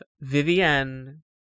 Vivienne